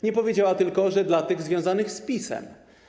Nie powiedziała tylko, że dla tych związanych z PiS-em.